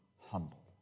humble